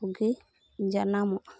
ᱠᱚᱜᱮ ᱡᱟᱱᱟᱢᱚᱜᱼᱟ